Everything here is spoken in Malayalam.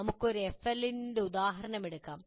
നമുക്ക് ഒരു FLL ന്റെ ഉദാഹരണം നോക്കാം